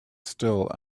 still